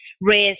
risk